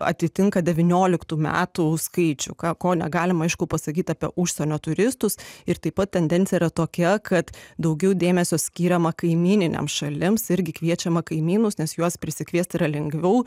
atitinka devynioliktų metų skaičių ką ko negalima aišku pasakyt apie užsienio turistus ir taip pat tendencija yra tokia kad daugiau dėmesio skiriama kaimyninėms šalims irgi kviečiama kaimynus nes juos prisikviesti yra lengviau